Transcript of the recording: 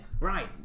Right